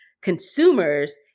consumers